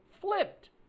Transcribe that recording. flipped